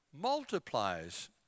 multiplies